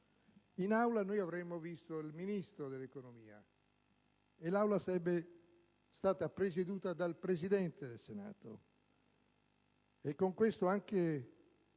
in Aula avremmo visto il Ministro dell'economia e l'Aula sarebbe stata presieduta dal Presidente del Senato, e con questo anche